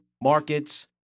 markets